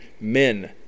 men